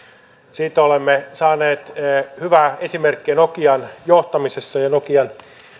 siitä olemme saaneet hyvää esimerkkiä nokian johtamisessa ja nokian